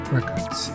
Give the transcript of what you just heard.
Records